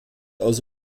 aus